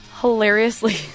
hilariously